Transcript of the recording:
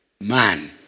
man